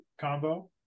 combo